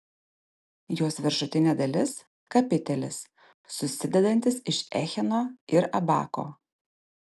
jos viršutinė dalis kapitelis susidedantis iš echino ir abako